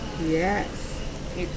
yes